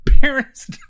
parents